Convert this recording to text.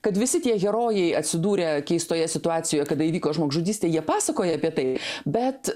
kad visi tie herojai atsidūrę keistoje situacijo kada įvyko žmogžudystė jie pasakoja apie tai bet